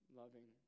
loving